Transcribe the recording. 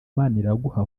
maniraguha